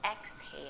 exhale